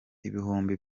ibihumbi